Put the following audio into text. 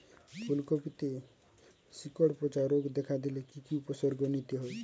ফুলকপিতে শিকড় পচা রোগ দেখা দিলে কি কি উপসর্গ নিতে হয়?